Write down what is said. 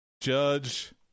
Judge